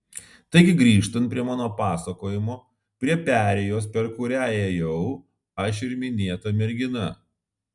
taigi grįžtant prie mano pasakojimo prie perėjos per kurią ėjau aš ir minėta mergina